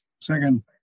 Second